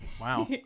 Wow